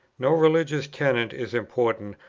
no religious tenet is important,